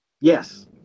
yes